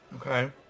Okay